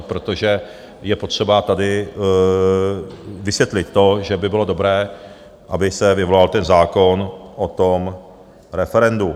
Protože je potřeba tady vysvětlit to, že by bylo dobré, aby se vyvolal ten zákon o tom referendu.